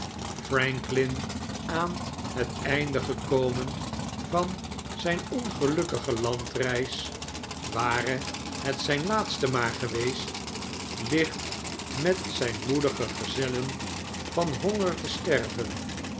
franklin aan het einde gekomen van zgn ongelukkige landreis ware het zyn laatste maar geweest ligt met zijn moedige gezellen van honger te sterven